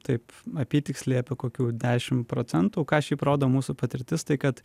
taip apytiksliai apie kokių dešim procentų ką šiaip rodo mūsų patirtis tai kad